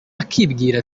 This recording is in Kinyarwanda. akibwira